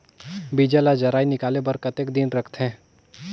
बीजा ला जराई निकाले बार कतेक दिन रखथे?